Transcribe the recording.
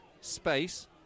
space